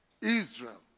Israel